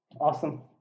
Awesome